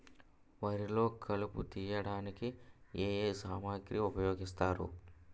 వరిలో కలుపు తియ్యడానికి ఏ ఏ సామాగ్రి ఉపయోగిస్తారు?